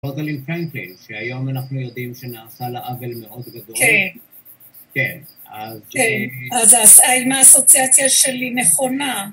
רוזלין פרנקלין, שהיום אנחנו יודעים שנעשה לה עוול מאוד גדול כן, אז כן, אז האסוציאציה שלי, נכונה